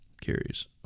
Curious